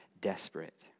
desperate